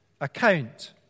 account